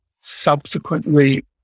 subsequently